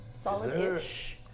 solid-ish